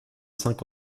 cinq